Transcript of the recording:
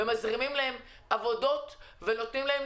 בעזרת הזרמת עבודות אליהם,